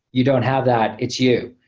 you don't have that. it's you.